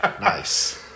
Nice